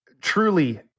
truly